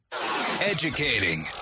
Educating